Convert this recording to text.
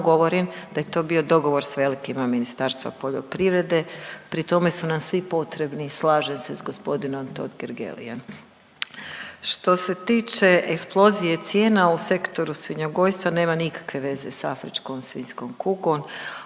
govorim da je to bio dogovor s velikima Ministarstva poljoprivrede pri tome su nam svi potrebni, slažem se s g. Totgergelijem. Što se tiče eksplozije cijena u sektoru svinjogojstva nema nikakve veze sa afričkom svinjskom kugom.